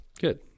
Good